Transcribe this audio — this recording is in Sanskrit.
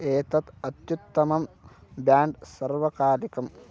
एतत् अत्युत्तमं बेण्ड् सर्वकालिकम्